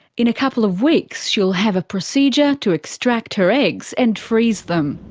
in a couple of weeks, she'll have a procedure to extract her eggs and freeze them.